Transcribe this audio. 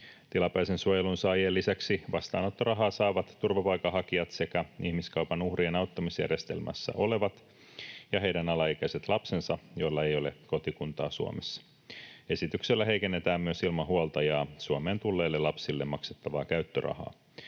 Tilapäisen suojelun saajien lisäksi vastaanottorahaa saavat turvapaikanhakijat sekä ihmiskaupan uhrien auttamisjärjestelmässä olevat ja heidän alaikäiset lapsensa, joilla ei ole kotikuntaa Suomessa. Esityksellä heikennetään myös ilman huoltajaa Suomeen tulleille lapsille maksettavaa käyttörahaa.